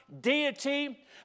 deity